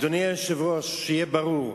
אדוני היושב-ראש, שיהיה ברור,